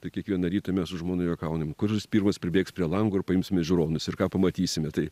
tai kiekvieną rytą mes su žmona juokajam kuris pirmas pribėgs prie lango ir paimsime žiūronus ir ką pamatysime tai